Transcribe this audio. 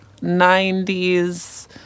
90s